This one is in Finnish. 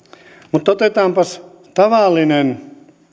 mutta otetaanpas tavallinen